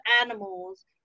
animals